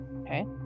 Okay